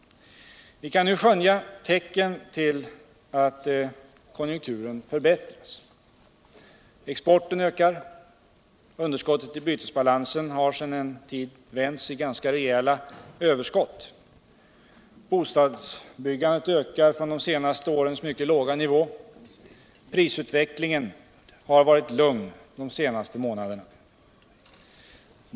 Vi kan nu skönja tecken till att konjunkturen förbättras. Exporten ökar. Underskottet i bytesbalansen har sedan en tid vänts i ganska rejäla överskott. Bostadsbyggandet ökar från de senaste årens mycket låga nivå. Prisutvecklingen har varit lugn de senaste månaderna.